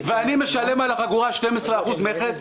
ואני משלם על החגורה 12% מכס?